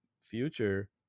future